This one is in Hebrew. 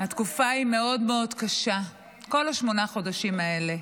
התקופה היא מאוד מאוד קשה, כל שמונת החודשים האלה.